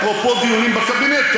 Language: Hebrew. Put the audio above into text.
אפרופו דיונים בקבינט,